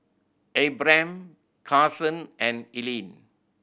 Abram Carson and Ellyn